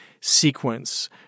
sequence